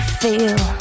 feel